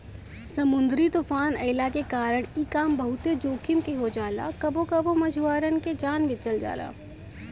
समुंदरी तूफ़ान अइला के कारण इ काम बहुते जोखिम के हो जाला कबो कबो मछुआरन के जान भी चल जाला